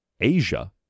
Asia